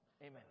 Amen